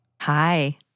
Hi